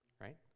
Right